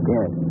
Yes